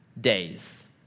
days